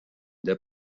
der